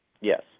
Yes